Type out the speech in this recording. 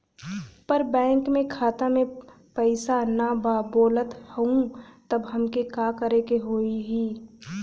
पर बैंक मे खाता मे पयीसा ना बा बोलत हउँव तब हमके का करे के होहीं?